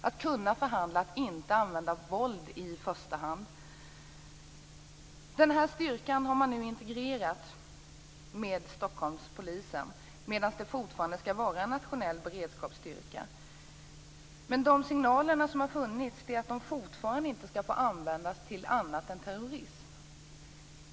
Man kan förhandla och använder inte våld i första hand. Denna styrka har man nu integrerat med Stockholmspolisen, men det skall fortfarande vara en nationell beredskapsstyrka. De signaler som har kommit innebär att styrkan fortfarande inte skall få användas till annat än terrorism.